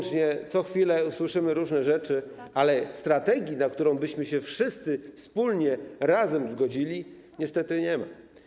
Co chwilę słyszymy różne rzeczy, ale strategii, na którą byśmy się wszyscy, wspólnie, razem zgodzili, niestety nie ma.